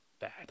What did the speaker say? bad